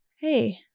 hey